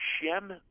Shem